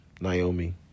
Naomi